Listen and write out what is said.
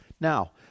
Now